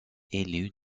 élu